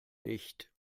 nicht